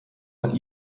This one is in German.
von